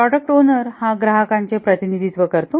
product owner हा ग्राहकाचे प्रतिनिधित्व करतो